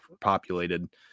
populated